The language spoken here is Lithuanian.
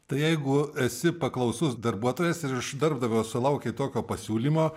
tai jeigu esi paklausus darbuotojas ir iš darbdavio sulaukei tokio pasiūlymo